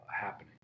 happening